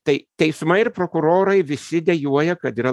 tai teismai ir prokurorai visi dejuoja kad yra